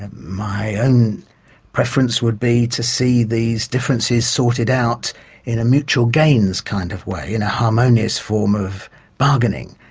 and my own and preference would be to see these differences sorted out in a mutual gains kind of way, in a harmonious form of bargaining.